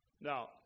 Now